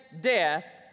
death